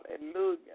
Hallelujah